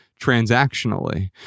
transactionally